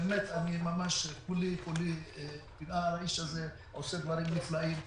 כולי פליאה על האיש הזה שעושה דברים נפלאים.